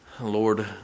Lord